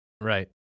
Right